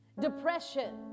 depression